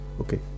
Okay